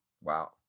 Wow